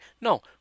No